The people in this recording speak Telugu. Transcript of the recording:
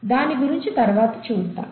దాని గురించి తర్వాత చూద్దాం